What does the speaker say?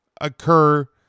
occur